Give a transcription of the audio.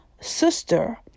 sister